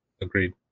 agreed